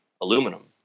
aluminum